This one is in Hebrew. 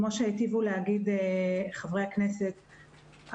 כפי שהיטיבו להגיד חברי הכנסת,